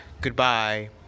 goodbye